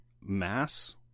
mass